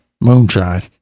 moonshine